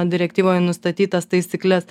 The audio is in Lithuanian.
direktyvoje nustatytas taisykles